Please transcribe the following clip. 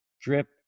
drip